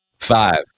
Five